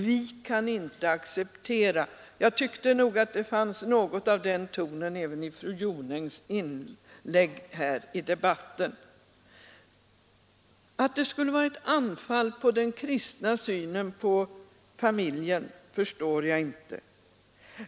”Vi kan inte acceptera ———"”— jag tyckte nog att det fanns något av den tonen även i fru Jonängs inlägg här i debatten. , Att lagförslaget skulle vara ett anfall mot den kristna synen på familjen förstår jag inte.